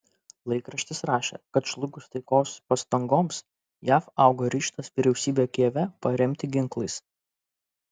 laikraštis rašė kad žlugus taikos pastangoms jav auga ryžtas vyriausybę kijeve paremti ginklais